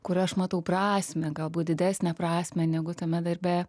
kur aš matau prasmę galbūt didesnę prasmę negu tame darbe